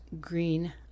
green